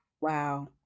Wow